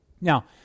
Now